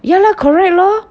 ya lor correct lor